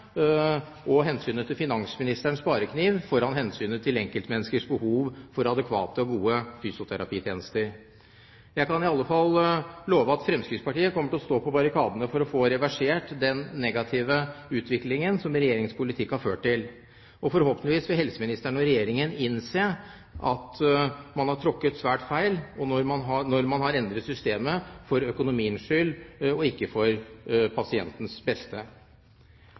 og finansministerens sparekniv foran hensynet til enkeltmenneskers behov for adekvate og gode fysioterapitjenester? Jeg kan i alle fall love at Fremskrittspartiet kommer til å stå på barrikadene for å få reversert den negative utviklingen som Regjeringens politikk har ført til. Forhåpentligvis vil helseministeren og Regjeringen innse at man har tråkket svært feil når man har endret systemet for økonomiens skyld og ikke for pasientenes beste.